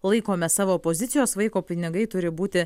laikomės savo pozicijos vaiko pinigai turi būti